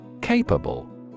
Capable